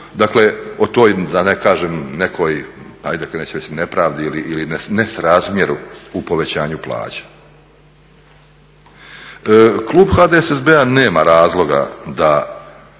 dakle o toj da ne kažem nekoj nepravdi ili nesrazmjeru u povećanju plaća. Klub HDSSB-a nema razloga da